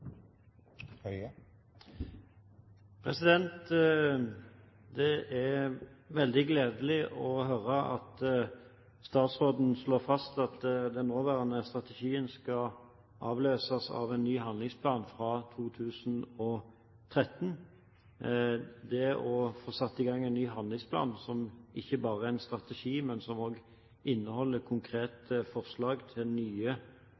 veldig gledelig å høre at statsråden slår fast at den nåværende strategien skal avløses av en ny handlingsplan fra 2013. Det å få satt i gang en ny handlingsplan, som ikke bare er en strategi, men som også inneholder konkrete forslag til nye